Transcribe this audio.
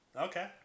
Okay